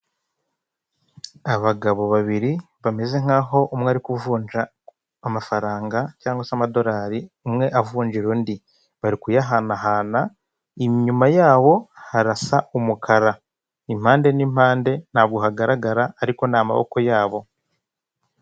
Abagabo babiri bameze nkaho umwe ari kuvunja amafaranga cyangwa se amadorari, umwe avunjira undi bari kuyahanahana inyuma yawo harasa umukara, impande n'impande ntabwo hagaragara ariko ni maboko yabo.